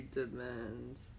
demands